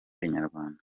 inyarwanda